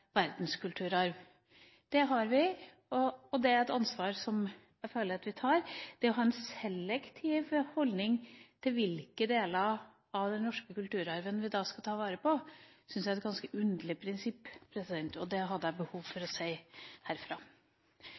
verdenskulturarven. Det har vi, og det er et ansvar jeg føler vi tar. Det å ha en selektiv holdning til hvilke deler av den norske kulturarven vi skal ta vare på, syns jeg er et ganske underlig prinsipp. Det hadde jeg behov for å si herfra.